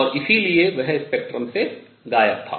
और इसलिए वह स्पेक्ट्रम से गायब था